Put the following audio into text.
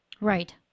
Right